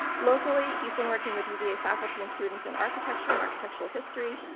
locally, he's been working with uva faculty and students in architecture and architectural history,